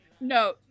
No